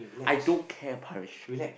I don't care Parish